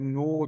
no